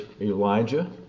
Elijah